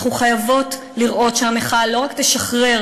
אנחנו חייבות לראות שהמחאה לא רק תשחרר